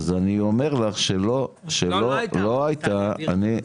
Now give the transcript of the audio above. אז אני אומר לך שלא הייתה, היה